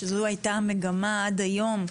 שזו היתה המגמה עד היום,